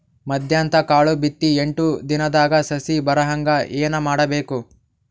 ಮೆಂತ್ಯದ ಕಾಳು ಬಿತ್ತಿ ಎಂಟು ದಿನದಾಗ ಸಸಿ ಬರಹಂಗ ಏನ ಮಾಡಬೇಕು?